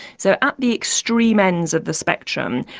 so at the extreme ends of the spectrum,